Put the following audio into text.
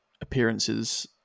appearances